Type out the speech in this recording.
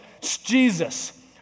Jesus